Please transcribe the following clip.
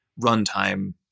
runtime